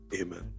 Amen